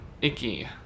icky